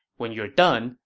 when you're done,